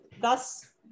thus